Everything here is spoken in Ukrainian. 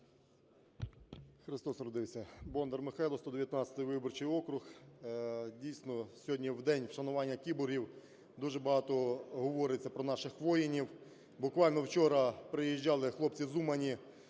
Христос родився! Бондар Михайло, 119 виборчий округ. Дійсно, сьогодні в День вшанування кіборгів дуже багато говориться про наших воїнів. Буквально вчора приїжджали хлопці з Умані,